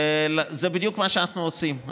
וזה בדיוק מה שאנחנו עושים.